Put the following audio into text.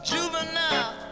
Juvenile